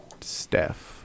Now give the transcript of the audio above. Steph